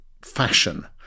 Fashion